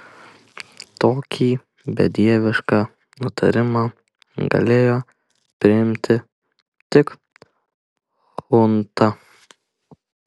tokį bedievišką nutarimą galėjo priimti tik chunta